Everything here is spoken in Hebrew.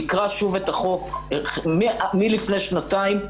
תקרא שוב את החוק מלפני שנתיים,